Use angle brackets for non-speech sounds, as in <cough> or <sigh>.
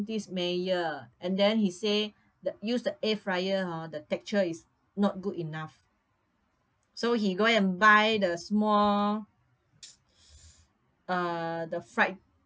this Mayer and then he say th~ use the air fryer hor the texture is not good enough so he go and buy the small <noise> uh the fried